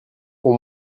pour